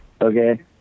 Okay